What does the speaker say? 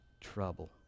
trouble